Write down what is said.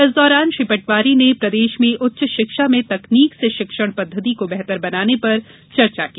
इस दौरान श्री पटवारी ने प्रदेश में उच्च शिक्षा में तकनीक से शिक्षण पद्धति को बेहतर बनाने पर चर्चा की